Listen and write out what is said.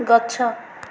ଗଛ